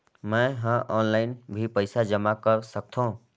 मैं ह ऑनलाइन भी पइसा जमा कर सकथौं?